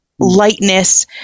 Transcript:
lightness